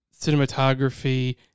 cinematography